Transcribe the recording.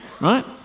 right